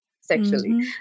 sexually